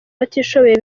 abatishoboye